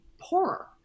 poorer